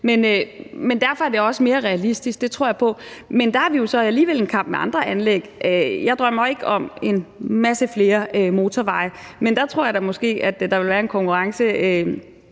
Men derfor er det også mere realistisk – det tror jeg på. Men der har vi jo så alligevel en kamp, når det gælder ønsker om andre anlæg. Jeg drømmer ikke om mange flere motorveje, men der tror jeg da måske, at der ville være en konkurrence